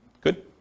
Good